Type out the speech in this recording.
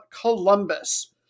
Columbus